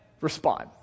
respond